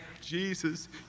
Jesus